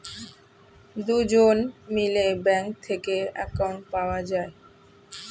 দুজন মিলে ব্যাঙ্ক থেকে অ্যাকাউন্ট পাওয়া যায়